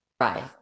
Right